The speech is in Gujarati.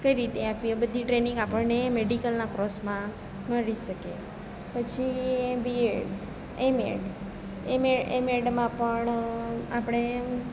કઈ રીતે આપીએ એ બધી ટ્રેનિંગ આપણને મેડિકલના કોર્સમાં મળી શકે પછી એ બીએડ એમએડ એમએ એમએડ પણ આપણે